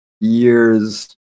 years